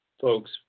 folks